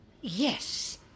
Yes